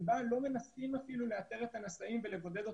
ששם לא מנסים אפילו לאתר את הנשאים ולבודד אותם.